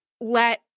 let